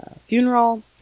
funeral